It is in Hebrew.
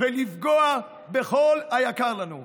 ולפגוע בכל היקר לנו.